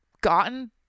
gotten